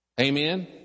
Amen